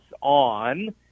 on